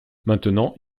maintenant